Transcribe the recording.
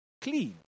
clean